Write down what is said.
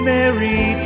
Mary